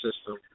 system